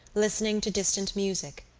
listening to distant music,